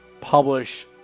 publish